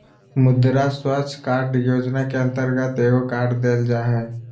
मुद्रा स्वास्थ कार्ड योजना के अंतर्गत एगो कार्ड देल जा हइ